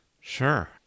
Sure